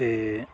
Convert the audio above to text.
ते